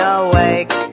awake